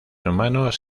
humanos